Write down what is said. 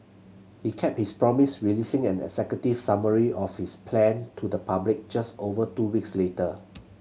he kept his promise releasing and a executive summary of his plan to the public just over two weeks later